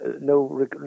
no